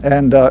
and